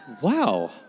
Wow